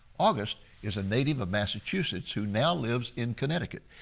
august is a native of massachusetts who now lives in connecticut.